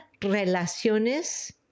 relaciones